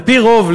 על-פי רוב,